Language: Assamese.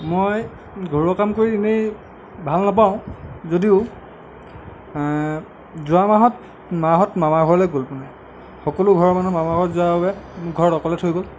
মই ঘৰুৱা কাম কৰি এনেই ভাল নাপাওঁ যদিও যোৱা মাহত মাহঁত মামাৰ ঘৰলৈ গ'ল মানে সকলো ঘৰৰ মানুহ মামাৰ ঘৰত যোৱাৰ বাবে মোক ঘৰত অকলে থৈ গ'ল